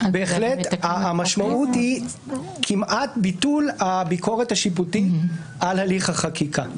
בהחלט המשמעות היא כמעט ביטול הביקורת השיפוטית על הליך החקיקה.